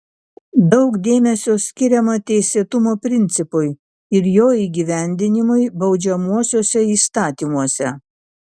daug dėmesio skiriama teisėtumo principui ir jo įgyvendinimui baudžiamuosiuose įstatymuose